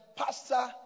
pastor